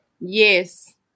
Yes